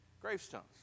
gravestones